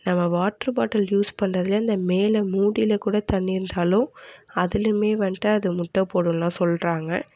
நம்ம water bottle use பண்ணுறதுலே இந்த மேலே மூடியில் கூட தண்ணி இருந்தாலும் அதிலையுமே வந்துட்டு அது முட்டை போடும்லாம் சொல்கிறாங்க